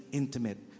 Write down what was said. intimate